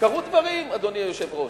קרו דברים, אדוני היושב-ראש.